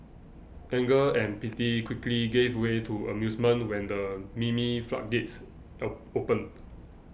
anger and pity quickly gave way to amusement when the meme floodgates opened